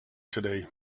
today